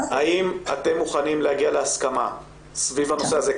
האם אתם מוכנים להגיע להסכמה סביב הנושא הזה,